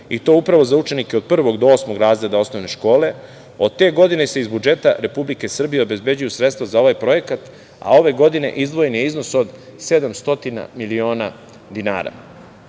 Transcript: i to upravo za učenike od prvog do osmog razreda osnovne škole. Od te godine se iz budžeta Republike Srbije obezbeđuju sredstva za ovaj projekat, a ove godine izdvojen je iznos od 700 miliona dinara. Poznato